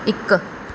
ਇੱਕ